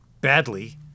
badly